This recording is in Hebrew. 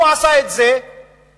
הוא עשה את זה כתרגיל,